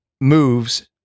moves